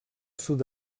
sud